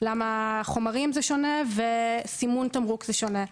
למה חומרים זה שונה וסימון תמרוק זה שונה.